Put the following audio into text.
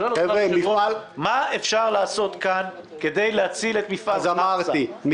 בפועל מה אפשר לעשות כאן כדי להציל את מפעל חרסה?